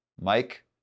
Mike